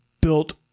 built